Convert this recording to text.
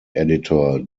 editor